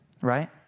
Right